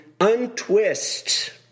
untwist